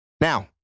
Now